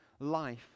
life